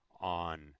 on